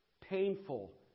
painful